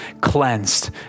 cleansed